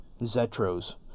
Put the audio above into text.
Zetro's